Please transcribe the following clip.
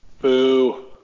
Boo